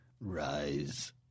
Rise